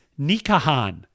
Nikahan